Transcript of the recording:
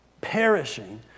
perishing